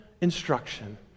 instruction